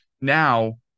now